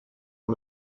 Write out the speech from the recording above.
une